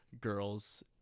girls